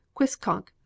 Quiskonk